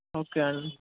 okay అండి